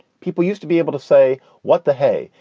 people used to be able to say what the hey.